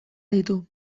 ditu